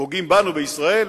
פוגעים בנו, בישראל,